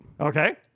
Okay